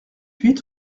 huit